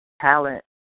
talent